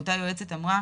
אותה היועצת אמרה